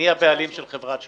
מי הבעלים של חברת שבא?